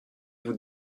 vous